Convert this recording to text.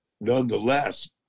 nonetheless